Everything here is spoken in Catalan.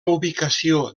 ubicació